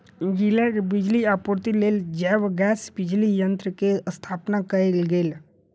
जिला के बिजली आपूर्तिक लेल जैव गैस बिजली संयंत्र के स्थापना कयल गेल